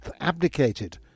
abdicated